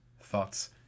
thoughts